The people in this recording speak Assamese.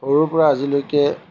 সৰুৰ পৰা আজিলৈকে